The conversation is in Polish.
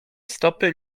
stopy